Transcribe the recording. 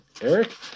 Eric